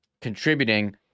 contributing